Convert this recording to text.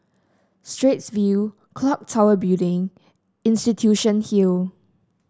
Straits View clock Tower Building Institution Hill